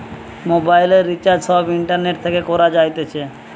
মোবাইলের রিচার্জ সব ইন্টারনেট থেকে করা যাইতেছে